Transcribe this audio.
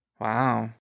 Wow